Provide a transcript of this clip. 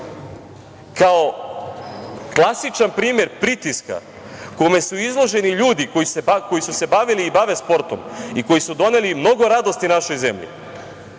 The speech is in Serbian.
kao klasičan primer pritiska kome su izloženi ljudi koji su se bavili i bave sportom i koji su doneli mnogo radosti našoj zemlji,